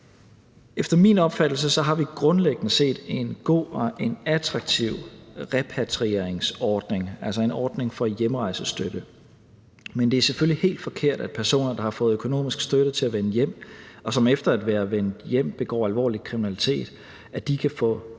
Efter min opfattelse har vi grundlæggende set en god og en attraktiv repatrieringsordning, altså en ordning for hjemrejsestøtte, men det er selvfølgelig helt forkert, at personer, der har fået økonomisk støtte til at vende hjem, og som efter at være vendt hjem begår alvorlig kriminalitet, kan få yderligere